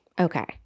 Okay